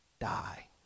die